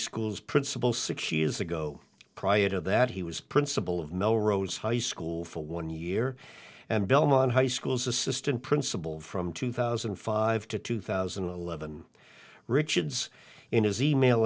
school's principal six years ago prior to that he was principal of melrose high school for one year and belmont high school's assistant principal from two thousand and five to two thousand and eleven richards in his email